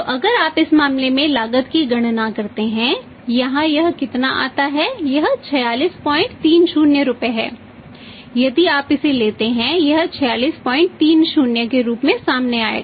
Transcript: तो अगर आप इस मामले में लागत की गणना करते हैं यहाँ यह कितना आता है यह 4630 रुपये है यदि आप इसे लेते हैं यह 4630 के रूप में सामने आएगा